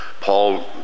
Paul